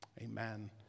amen